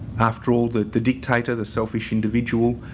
after all the the dictator, the selfish individual,